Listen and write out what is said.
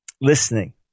listening